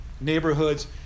neighborhoods